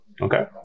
Okay